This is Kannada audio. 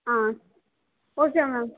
um okay ma'am